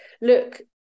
look